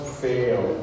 fail